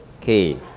okay